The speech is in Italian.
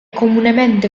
comunemente